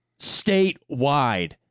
Statewide